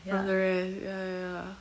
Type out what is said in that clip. from the rest ya ya ya